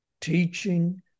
teaching